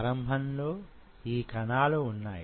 ఆరంభంలో యీ కణాలు వున్నాయి